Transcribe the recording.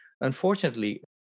unfortunately